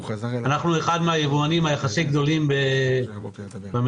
אנחנו אחד מהיבואנים היחסית גדולים במדינה.